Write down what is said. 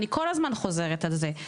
אני כל הזמן חוזרת על זה.